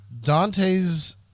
Dante's